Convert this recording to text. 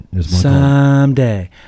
Someday